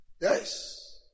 Yes